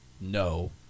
No